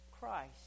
Christ